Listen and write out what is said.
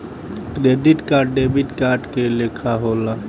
credit card debit card के लेखा होला